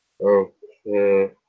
okay